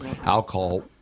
alcohol